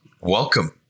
Welcome